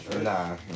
Nah